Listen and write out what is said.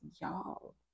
y'all